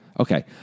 Okay